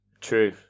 True